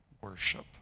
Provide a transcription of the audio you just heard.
worship